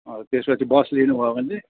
त्यस पछि बस लिनु भयो भने